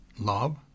love